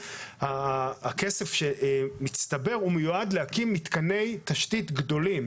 הכסף שמצטבר מיועד להקים מתקני תשתית גדולים,